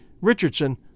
Richardson